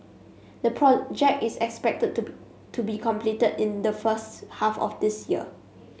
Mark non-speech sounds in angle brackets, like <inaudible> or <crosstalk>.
the project is expected <unintelligible> to be completed in the first half of this year